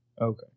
Okay